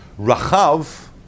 Rachav